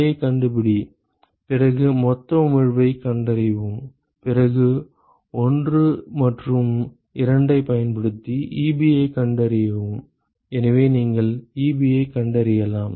Ji கண்டுபிடி பிறகு மொத்த உமிழ்வைக் கண்டறியவும் பிறகு 1 மற்றும் 2 ஐப் பயன்படுத்தி Ebi கண்டறியவும் எனவே நீங்கள் Ebi கண்டறியலாம்